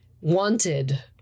wanted